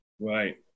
Right